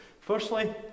Firstly